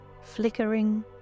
flickering